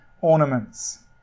ornaments